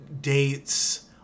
dates